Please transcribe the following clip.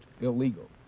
illegal